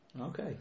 okay